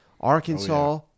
Arkansas